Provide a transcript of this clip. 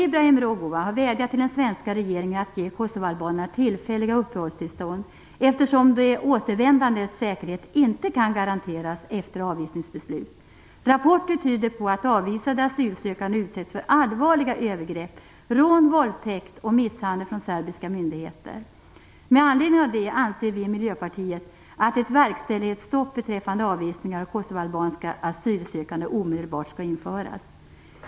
Ibrahim Rugova har vädjat till den svenska regeringen att ge kosovoalbanerna tillfälliga uppehållstillstånd, eftersom de återvändandes säkerhet inte kan garanteras efter avvisningsbeslut. Rapporter tyder på att avvisade asylsökande utsätts för allvarliga övergrepp, rån, våldtäkt och misshandel från serbiska myndigheter. Med anledning av detta anser vi i Miljöpartiet att ett verkställighetsstopp beträffande avvisningar av kosovoalbanska asylsökande omedelbart skall införas.